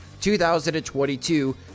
2022